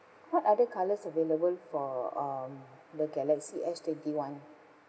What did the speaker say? what other colours available for um the galaxy S twenty one